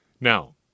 Now